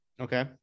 okay